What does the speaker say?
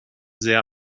sehr